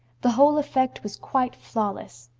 the whole effect was quite flawless.